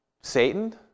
Satan